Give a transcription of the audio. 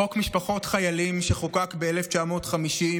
חוק משפחות חיילים, שחוקק ב-1950,